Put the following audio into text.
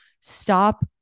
stop